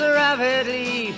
rapidly